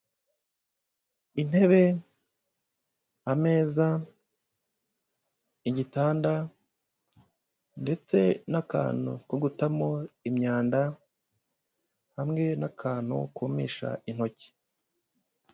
Intebe, ameza, igitanda ndetse n'akantu ko gutamo imyanda hamwe n'akantu kumisha intoki.